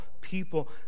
people